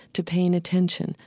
to paying attention,